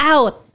Out